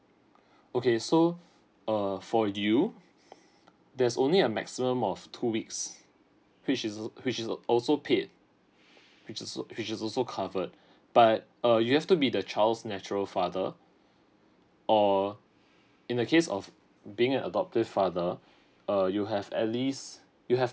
okay so err for you there's only a maximum of two weeks which is which is also paid which is also which is also covered but err you have to be the child's natural father or in the case of being adopted father uh you have at least you have